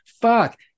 fuck